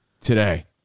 today